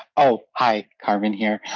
ah hi, carmen here.